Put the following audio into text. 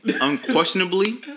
unquestionably